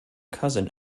cousin